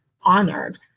honored